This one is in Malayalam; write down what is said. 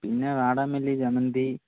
പിന്നെ വാടാമല്ലി ജമന്തി